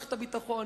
במערכת הביטחון,